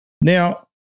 Now